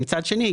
מצד שני,